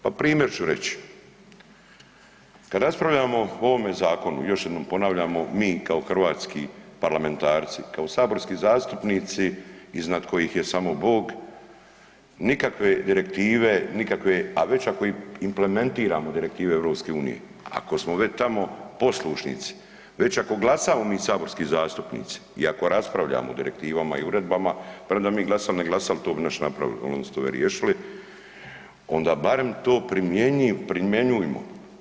Pa primjer ću reći, kad raspravljamo o ovome zakonu još jednom ponavljamo mi kao hrvatski parlamentarci, kao saborski zastupnici iznad kojih je samo Bog nikakve direktive, nikakve, a već ako implementiramo Direktive EU, ako smo već tamo poslušnici, već ako glasamo mi saborski zastupnici i ako raspravljamo o direktivama i uredbama, premda mi glasali, ne glasali to bi naši napravili, oni bi se toga riješili, onda barem to primjenjujmo.